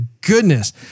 goodness